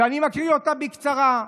ואני מקריא אותה בקצרה: